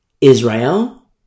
Israel